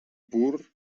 pur